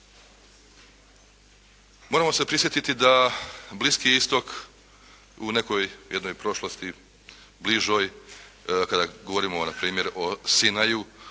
Moramo se prisjetiti da Bliski istok u nekoj, jednoj prošlosti bližoj kada govorimo npr. o Sinaju